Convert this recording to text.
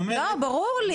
ברור לי.